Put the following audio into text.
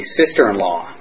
sister-in-law